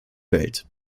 welt